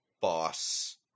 boss